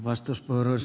arvoisa puhemies